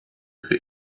für